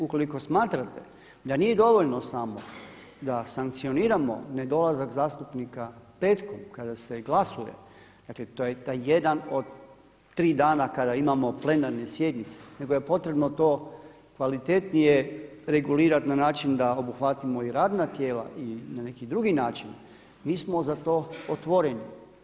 Ukoliko smatrate da nije dovoljno samo da sankcioniramo nedolazak zastupnika petkom kada se glasuje, dakle taj jedan od tri dana kada imamo plenarne sjednice nego je to potrebno to kvalitetnije regulirati na način da obuhvatimo i radna tijela i na neki drugi način, mi smo za to otvoreni.